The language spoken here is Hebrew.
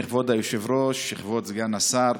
כבוד היושב-ראש, כבוד סגן השר,